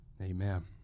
Amen